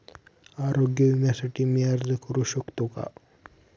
आरोग्य विम्यासाठी मी अर्ज करु शकतो का?